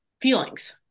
feelings